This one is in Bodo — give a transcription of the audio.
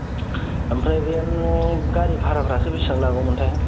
ओमफ्राय बे नों गारि भाराफ्रासो बेसेबां लागौमोनथाय